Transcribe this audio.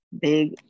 big